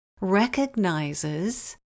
recognizes